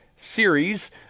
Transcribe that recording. series